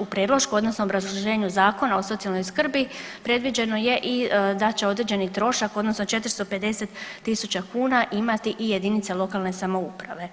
u predlošku odnosno obrazloženju Zakona o socijalnoj skrbi predviđeno je i da će određeni trošak odnosno 450.000 kuna imati i jedinice lokalne samouprave.